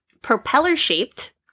Propeller-shaped